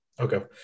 Okay